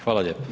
Hvala lijepo.